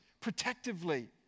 protectively